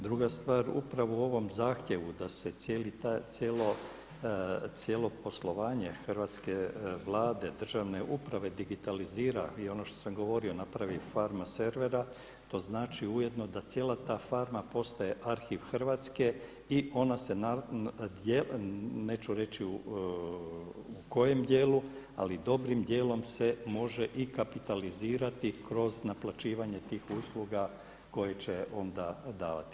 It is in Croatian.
Druga stvar, upravo u ovom zahtjevu da se cijelo poslovanje hrvatske Vlade, državne uprave digitalizira i ono što sam govorio napravi farma servera, to znači ujedno da cijela ta farma postaje arhiv Hrvatske i ona se, neću reći u kojem dijelu, ali dobrim dijelom se može i kapitalizirati kroz naplaćivanje tih usluga koje će onda davati.